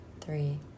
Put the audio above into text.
three